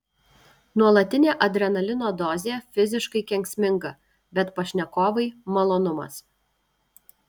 nuolatinė adrenalino dozė fiziškai kenksminga bet pašnekovai malonumas